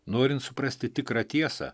norint suprasti tikrą tiesą